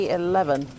eleven